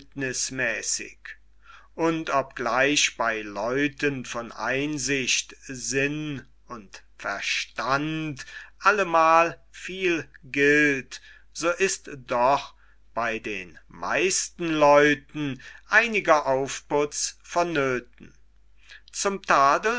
verhältnißmäßig und obgleich bei leuten von einsicht sinn und verstand allemal viel gilt so ist doch bei den meisten leuten einiger aufputz vonnöthen zum tadeln